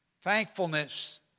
Thankfulness